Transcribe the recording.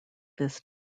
this